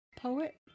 poet